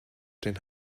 den